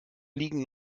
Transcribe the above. liegen